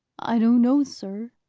i don't know, sir,